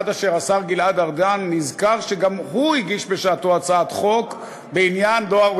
עד אשר השר גלעד ארדן נזכר שגם הוא הגיש בשעתו הצעת חוק בעניין דואר,